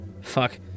Fuck